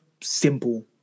simple